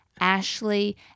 Ashley